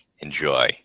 enjoy